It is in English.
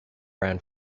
ran